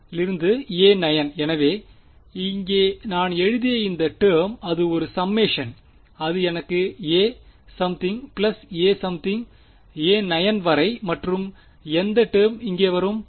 a9எனவே இங்கே நான் எழுதிய இந்த டேர்ம் அது ஒரு சம்மேஷன் அது எனக்கு a something plus a something a9 வரை மற்றும் எந்த டேர்ம் இங்கே வரும்